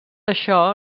això